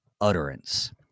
utterance